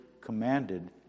commanded